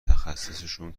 تخصصشون